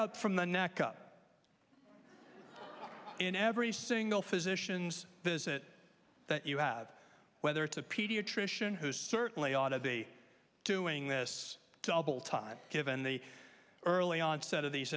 up from the neck up in every single physician's visit that you have whether it's a pediatrician who certainly ought to be doing this to time given the early onset of these